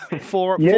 four